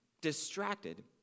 distracted